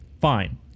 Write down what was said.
fine